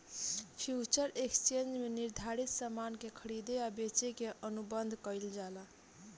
future exchange में निर्धारित सामान के खरीदे आ बेचे के अनुबंध कईल जाला